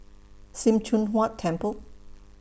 SIM Choon Huat Temple